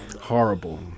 Horrible